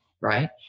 right